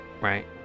right